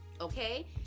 Okay